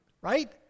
right